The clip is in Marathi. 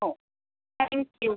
हो थॅंक्यू